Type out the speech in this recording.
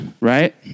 right